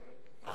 תודה רבה,